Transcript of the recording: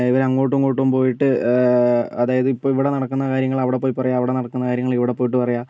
ഇവർ അങ്ങോട്ടും ഇങ്ങോട്ടും പോയിട്ട് അതായത് ഇപ്പോൾ ഇവിടെ നടക്കുന്ന കാര്യങ്ങൾ അവിടെപ്പോയി പറയുക അവിടെ നടക്കുന്ന കാര്യങ്ങൾ ഇവിടെപ്പോയിട്ട് പറയുക